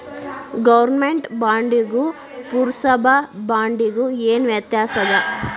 government ಬಾಂಡಿಗೂ ಪುರ್ಸಭಾ ಬಾಂಡಿಗು ಏನ್ ವ್ಯತ್ಯಾಸದ